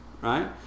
right